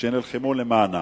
שנלחמו למענה.